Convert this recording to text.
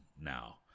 now